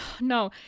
no